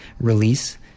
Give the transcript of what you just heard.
release